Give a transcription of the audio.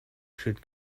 should